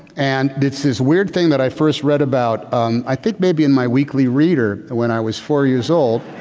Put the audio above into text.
and it's this weird thing that i first read about um i think maybe in my weekly reader when i was four years old,